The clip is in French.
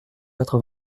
quatre